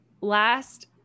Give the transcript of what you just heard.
last